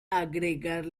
agregar